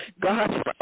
God